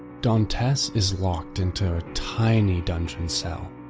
dantes is locked into a tiny dungeon cell.